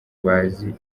bazi